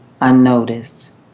unnoticed